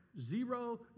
zero